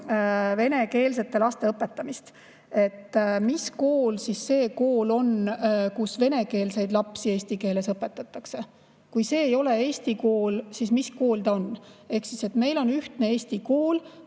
venekeelsete laste õpetamist. Mis kool siis see kool on, kus venekeelseid lapsi eesti keeles õpetatakse? Kui see ei ole eesti kool, siis mis kool ta on? Meil on ühtne eesti kool,